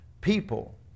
People